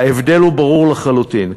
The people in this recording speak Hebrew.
ההבדל הוא ברור לחלוטין.